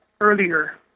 earlier